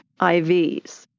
IVs